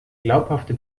glaubhafte